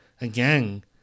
again